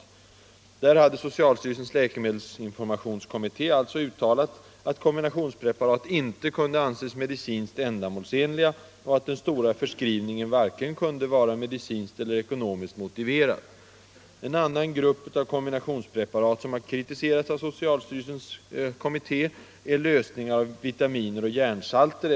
Och där hade socialstyrelsens läkemedelskommitté alltså uttalat att kombinationspreparat inte kunde anses medicinskt ändamålsenliga, och att den stora förskrivningen varken kunde vara medicinskt eller ekonomiskt motiverad. En annan grupp av kombinationspreparat som har kritiserats av socialstyrelsens kommitté är lösningar av vitaminer och järnsalter.